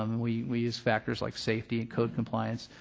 um we we use factors like safety and code compliance,